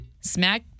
Smack